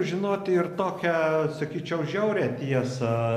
žinoti ir tokią sakyčiau žiaurią tiesą